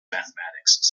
mathematics